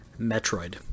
Metroid